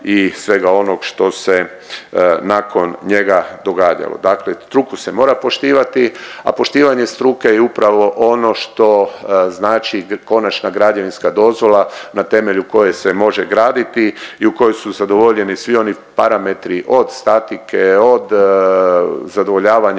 i svega onog što se nakon njega događalo. Dakle struku se mora poštivati, a poštivanje struke je upravo ono što znači konačna građevinska dozvola na temelju koje se može graditi i u kojoj su zadovoljeni svi oni parametri, od statike, od zadovoljavanja